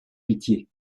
pitié